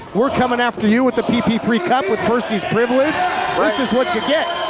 we're comin' after you with the p p three cup with mercy's privilege, this is what you get!